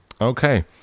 Okay